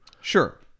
Sure